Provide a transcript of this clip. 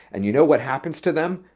and you know what happens to them?